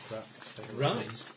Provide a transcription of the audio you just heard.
Right